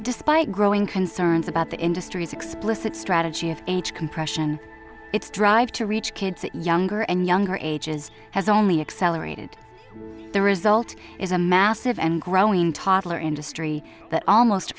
despite growing concerns about the industry's explicit strategy of age compression its drive to reach kids younger and younger ages has only accelerated the result is a massive and growing toddler industry that almost